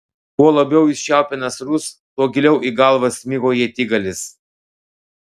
kuo labiau jis čiaupė nasrus tuo giliau į galvą smigo ietigalis